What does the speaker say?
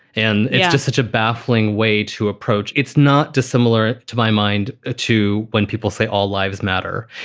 and it's just such a baffling way to approach. it's not dissimilar to my mind ah to when people say all lives matter.